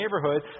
neighborhood